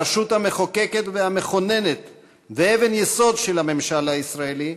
הרשות המחוקקת והמכוננת ואבן יסוד של הממשל הישראלי,